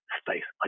space